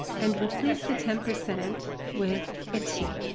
and replace the ten percent with a t.